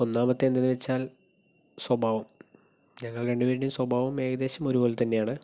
ഒന്നാമത്തേത് എന്തെന്ന് വെച്ചാൽ സ്വഭാവം ഞങ്ങൾ രണ്ടുപേരുടേയും സ്വഭാവം ഏകദേശം ഒരുപോലെ തന്നെയാണ്